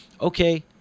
okay